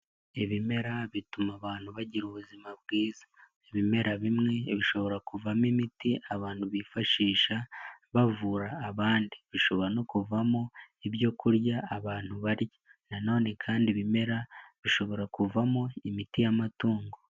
Ibimera bituma abantu bagira ubuzima bwiza ibimera bimwe bishobora kuvamo imiti abantu bifashisha bavura abandi bishobora no kuvamo ibyo kurya abantu barya naone kandi ibimera bishobora kuvamo imiti y'amatungo.